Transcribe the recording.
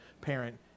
parent